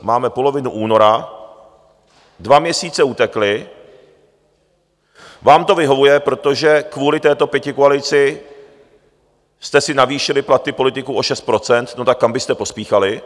Máme polovinu února, dva měsíce utekly, vám to vyhovuje, protože kvůli této pětikoalici jste si navýšili platy politiků o šest procent, no tak kam byste pospíchali?